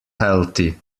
healthy